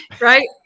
right